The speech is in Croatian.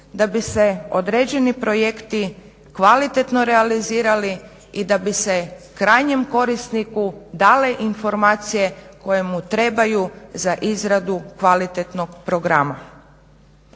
da bi se određeni projekti kvalitetno realizirali i da bi se krajnjem korisniku dale informacije koje mu trebaju za izradu kvalitetnog programa.